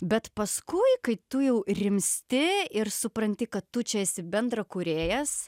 bet paskui kai tu jau rimsti ir supranti kad tu čia esi bendrakūrėjas